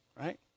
Right